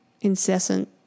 incessant